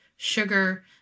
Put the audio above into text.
sugar